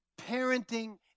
Parenting